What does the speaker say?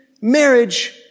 marriage